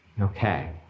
Okay